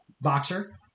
Boxer